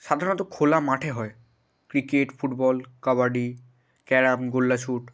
সাধারণত খোলা মাঠে হয় ক্রিকেট ফুটবল কাবাডি ক্যারম গোল্লাছুট